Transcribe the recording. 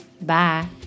Bye